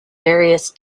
various